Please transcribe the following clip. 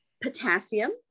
Potassium